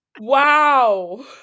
Wow